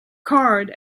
card